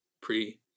pre